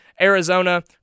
Arizona